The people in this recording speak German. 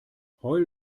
heul